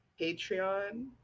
Patreon